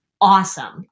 awesome